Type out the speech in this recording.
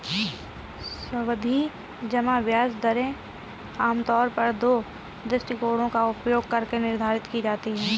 सावधि जमा ब्याज दरें आमतौर पर दो दृष्टिकोणों का उपयोग करके निर्धारित की जाती है